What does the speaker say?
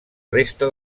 resta